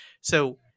So-